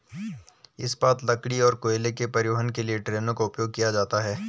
इस्पात, लकड़ी और कोयले के परिवहन के लिए ट्रेनों का उपयोग किया जाता है